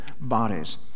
bodies